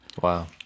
Wow